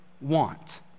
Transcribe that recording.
want